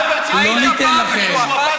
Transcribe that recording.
שועפאט